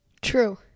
True